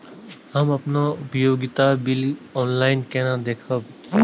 हम अपन उपयोगिता बिल ऑनलाइन केना देखब?